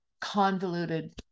convoluted